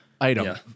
Item